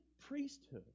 priesthood